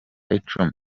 icumi